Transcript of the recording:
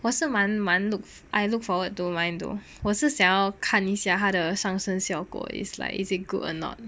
我是满满 look I look forward to mine though 我是想要看一下他的上身效果 is like is it good or not